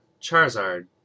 Charizard